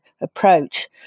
approach